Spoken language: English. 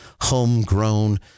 homegrown